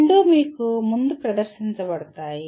రెండూ మీకు ముందు ప్రదర్శించబడతాయి